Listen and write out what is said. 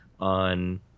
on